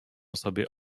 sobie